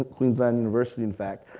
ah queensland university in fact,